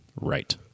Right